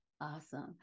Awesome